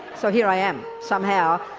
so here i am somehow.